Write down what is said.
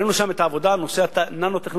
וראינו שם את העבודה בנושא הננו-טכנולוגיה.